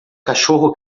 cachorro